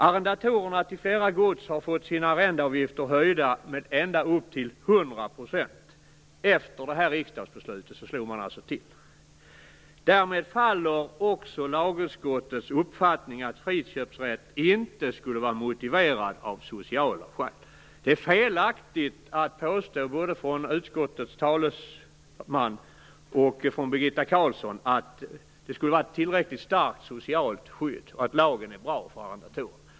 Arrendatorerna har på flera gods fått sina arrendeavgifter höjda med ända upp till 100 %. Efter detta riksdagsbeslut slog man alltså till. Därmed faller också lagutskottets uppfattning att friköpsrätt inte skulle vara motiverad av sociala skäl. Det är felaktigt att, som både utskottets talesman och Birgitta Carlsson gör, påstå att det skulle finnas ett tillräckligt starkt socialt skydd och att lagen är bra för arrendatorer.